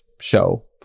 show